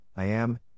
IAM